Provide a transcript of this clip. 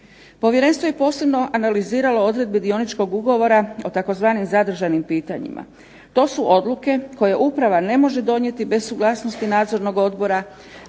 Povjerenstvo je posebno analiziralo odredbe dioničkog ugovora o tzv. zadržanim pitanjima. To su odluke koje uprava ne može donijeti bez suglasnosti nadzornog odbora,